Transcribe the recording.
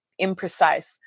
imprecise